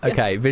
Okay